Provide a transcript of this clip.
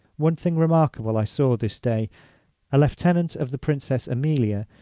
one thing remarkable i saw this day a lieutenant of the princess amelia,